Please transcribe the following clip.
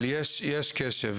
אבל כאמור, יש קשב.